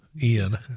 Ian